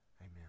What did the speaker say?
Amen